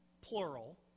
plural